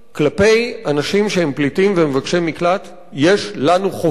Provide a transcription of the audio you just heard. כלפי אנשים שהם פליטים ומבקשי מקלט יש לנו חובה,